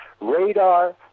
radar